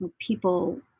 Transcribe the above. people